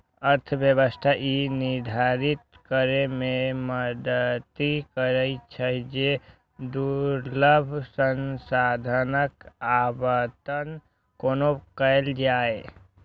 अर्थव्यवस्था ई निर्धारित करै मे मदति करै छै, जे दुर्लभ संसाधनक आवंटन कोना कैल जाए